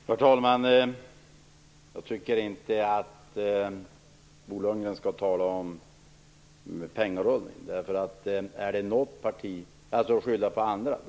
Herr talman! Jag tycker inte att Bo Lundgren skall tala om pengarullning och skylla på andra.